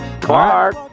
Clark